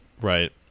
right